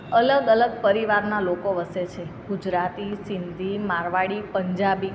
અલગ અલગ પરિવારના લોકો વસે છે ગુજરાતી સિંધી મારવાડી પંજાબી